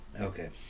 okay